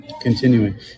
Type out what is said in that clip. Continuing